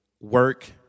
work